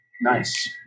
Nice